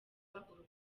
urukundo